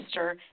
Mr